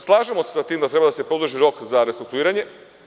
Slažemo se sa tim da treba da se produži rok za restrukturiranje.